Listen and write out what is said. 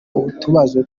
utubazo